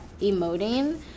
emoting